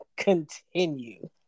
continue